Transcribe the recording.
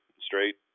straight